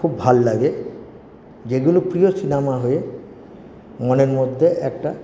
খুব ভাল লাগে যেগুলো প্রিয় সিনেমা হয়ে মনের মধ্যে একটা